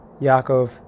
Yaakov